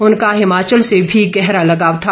उनका हिमाचल से भी गहरा लगाव था